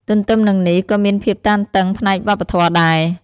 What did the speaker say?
ទន្ទឹមនឹងនេះ ក៏មានភាពតានតឹងផ្នែកវប្បធម៌ដែរ។